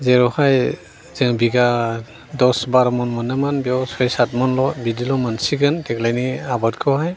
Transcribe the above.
जेरावहाय जों बिगा दस बार'मन मोनोमोन बेयाव सय साथमनल' बिदिल' मोनसिगोन देग्लायनि आबादखौहाय